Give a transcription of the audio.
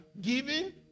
giving